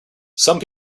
some